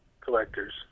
collector's